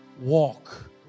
walk